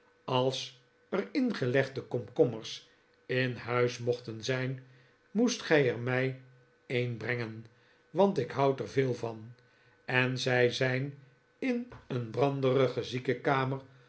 als er ingelegde komkommers in huis mochten zijn moest gij er mij een brengen want ik houd er veel van en zij zijn in een